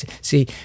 See